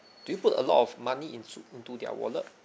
do you put a lot of money into to their wallet